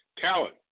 Talent